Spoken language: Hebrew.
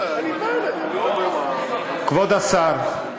כבוד השר,